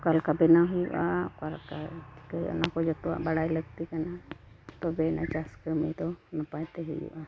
ᱚᱠᱟᱞᱮᱠᱟ ᱵᱮᱱᱟᱣ ᱦᱩᱭᱩᱜᱼᱟ ᱚᱠᱟ ᱞᱮᱠᱟ ᱪᱤᱠᱟᱹ ᱚᱱᱟᱠᱚ ᱡᱚᱛᱚᱣᱟᱜ ᱵᱟᱲᱟᱭ ᱞᱟᱹᱠᱛᱤ ᱠᱟᱱᱟ ᱛᱚᱵᱮᱭᱟᱱᱟᱜ ᱪᱟᱥ ᱠᱟᱹᱢᱤ ᱫᱚ ᱱᱟᱯᱟᱭᱛᱮ ᱦᱩᱭᱩᱜᱼᱟ